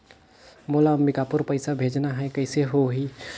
मोला अम्बिकापुर पइसा भेजना है, कइसे होही?